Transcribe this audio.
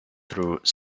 through